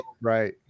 right